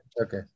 Okay